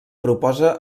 proposa